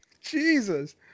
Jesus